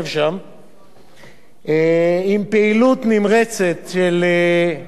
עם פעילות נמרצת של סגן שר האוצר,